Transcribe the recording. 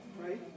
Right